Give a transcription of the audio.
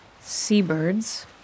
seabirds